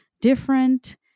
different